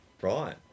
Right